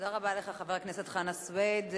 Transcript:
תודה רבה, חבר הכנסת חנא סוייד.